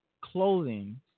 clothing